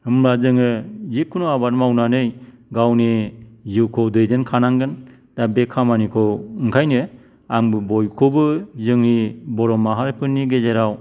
होनबा जोङो जिखुनु आबाद मावनानै गावनि जिउखौ दैदेनखानांगोन दा बे खामानिखौ ओंखायनो आंबो बयखौबो जोंनि बर' माहारिफोरनि गेजेराव